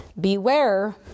beware